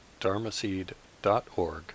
dharmaseed.org